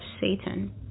Satan